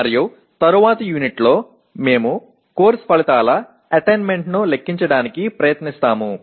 మరియు తరువాతి యూనిట్లో మేము కోర్సు ఫలితాల అటైన్మెంట్ను లెక్కించడానికి ప్రయత్నిస్తాము